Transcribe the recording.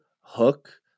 hook